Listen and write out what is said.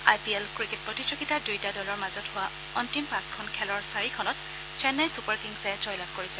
আই P L cricket প্ৰতিযোগিতাত দুয়োটা দলৰ মাজত হোৱা অন্তিম পাঁচখন খেলৰ চাৰিখনত চেন্নাই ছুপাৰ কিংছে জয়লাভ কৰিছে